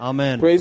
Amen